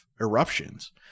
eruptions